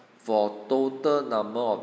for total number of